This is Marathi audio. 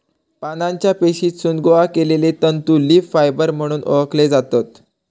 पानांच्या पेशीतसून गोळा केलले तंतू लीफ फायबर म्हणून ओळखले जातत